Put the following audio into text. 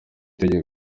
tegeko